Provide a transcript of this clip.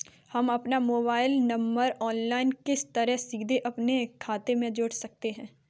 हम अपना mobile number online किस तरह सीधे अपने खाते में जोड़ सकते हैं?